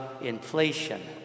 inflation